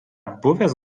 buvęs